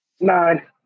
Nine